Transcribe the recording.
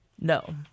No